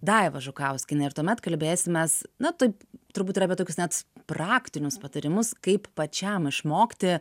daiva žukauskiene ir tuomet kalbėsimės na taip turbūt ir apie tokius net praktinius patarimus kaip pačiam išmokti